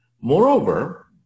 Moreover